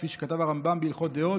כפי שכתב הרמב"ם בהלכות דעות,